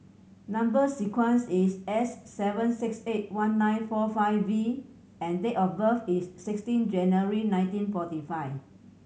number sequence is S seven six eight one nine four five V and date of birth is sixteen January nineteen forty five